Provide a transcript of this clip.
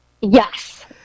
Yes